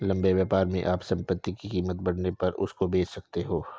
लंबे व्यापार में आप संपत्ति की कीमत बढ़ने पर उसको बेच सकते हो